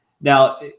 Now